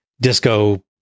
Disco